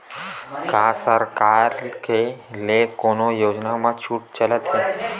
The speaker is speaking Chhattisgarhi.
का सरकार के ले कोनो योजना म छुट चलत हे?